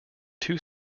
two